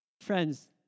Friends